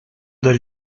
del